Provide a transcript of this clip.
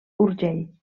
urgell